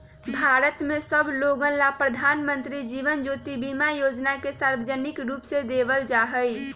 भारत के सब लोगन ला प्रधानमंत्री जीवन ज्योति बीमा योजना के सार्वजनिक रूप से देवल जाहई